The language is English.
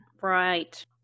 Right